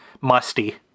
musty